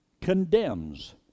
condemns